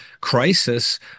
crisis